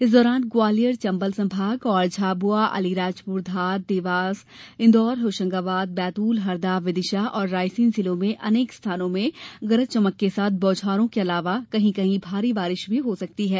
इस दौरान ग्वालियर चम्बल संभाग और झाबुआ अलीराजपुर धार देवास इंदौर होशंगाबाद बैतूल हरदा विदिशा और रायसेन जिलों में अनेक स्थानों में गरज चमक के साथ बौछारों के अलावा कही कहीं भारी वर्षा भी हो सकती है